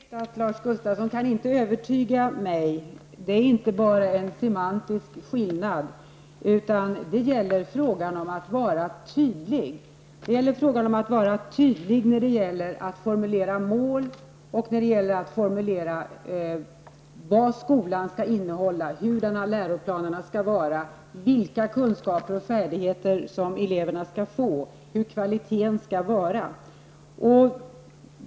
Herr talman! Det är riktigt att Lars Gustafssson inte kan övertyga mig. Det är inte bara en semantisk skillnad, utan det gäller frågan om att vara tydlig när man formulerar mål och vad skolan skall innehålla, hur läroplanerna skall utformas samt vilka kunskaper och färdigheter eleverna skall få, vilken kvalitet vi skall ha på skolan.